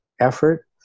effort